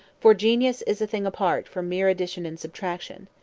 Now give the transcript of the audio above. for genius is a thing apart from mere addition and subtraction.